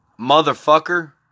Motherfucker